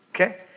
okay